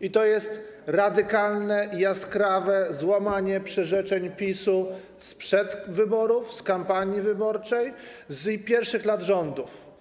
i to jest radykalne i jaskrawe złamanie przyrzeczeń PiS-u sprzed wyborów, z kampanii wyborczej, z pierwszych lat rządów.